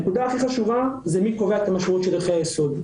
נקודה הכי חשובה זה מי קובע את המשמעות של ערכי היסוד.